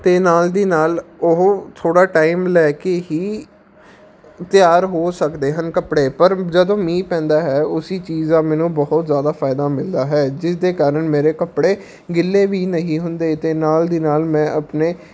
ਅਤੇ ਨਾਲ ਦੀ ਨਾਲ ਉਹ ਥੋੜ੍ਹਾ ਟਾਈਮ ਲੈ ਕੇ ਹੀ ਤਿਆਰ ਹੋ ਸਕਦੇ ਹਨ ਕੱਪੜੇ ਪਰ ਜਦੋਂ ਮੀਂਹ ਪੈਂਦਾ ਹੈ ਉਸ ਚੀਜ਼ ਦਾ ਮੈਨੂੰ ਬਹੁਤ ਜ਼ਿਆਦਾ ਫਾਇਦਾ ਮਿਲਦਾ ਹੈ ਜਿਸਦੇ ਕਾਰਨ ਮੇਰੇ ਕੱਪੜੇ ਗਿੱਲੇ ਵੀ ਨਹੀਂ ਹੁੰਦੇ ਅਤੇ ਨਾਲ ਦੀ ਨਾਲ ਮੈਂ ਆਪਣੇ